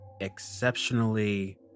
exceptionally